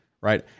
right